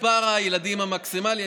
מספר הילדים המקסימלי,